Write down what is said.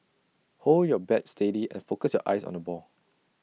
hold your bat steady and focus your eyes on the ball